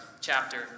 chapter